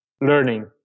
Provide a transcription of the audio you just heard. learning